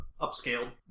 upscaled